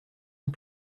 und